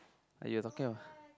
ah you were talking about